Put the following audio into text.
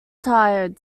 tired